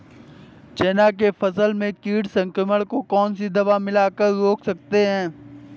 चना के फसल में कीट संक्रमण को कौन सी दवा मिला कर रोकते हैं?